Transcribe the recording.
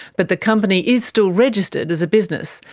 but the company is still registered as a business,